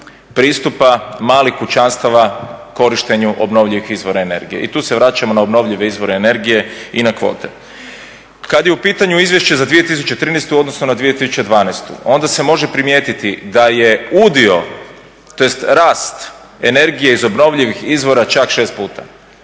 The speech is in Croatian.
modela malih kućanstava korištenju obnovljivih izvora energije. I tu se vraćamo na obnovljive izvore energije i na kvote. Kad je u pitanju izvješće za 2013. u odnosu na 2012. onda se može primijetiti da je udio, tj. rast energije iz obnovljivih izvora čak 6 puta,